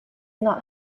not